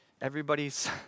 everybody's